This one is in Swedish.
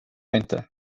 inte